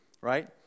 right